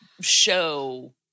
show